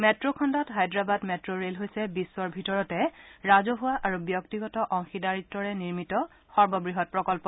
metro খণ্ডত Hyderabad metro rail হৈছে বিশ্বৰ ভিতৰতে ৰাজহুৱা আৰু ব্যক্তিগত অংশীদাৰীত়ৰে নিৰ্মিত সৰ্ববৃহৎ প্ৰকল্প